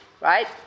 Right